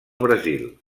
brasil